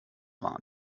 war